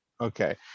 okay